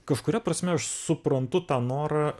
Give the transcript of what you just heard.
kažkuria prasme aš suprantu tą norą